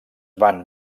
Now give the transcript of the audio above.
van